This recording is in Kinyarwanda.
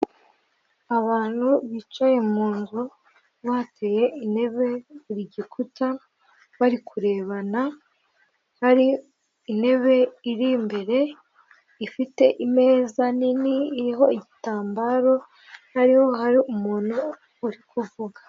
Abantu bicaye mu nzu, bateye intebe igikuta, bari kurebana, hari intebe iri imbere ifite imeza nini iriho igitambaro, hariho umuntu uri kuvuga.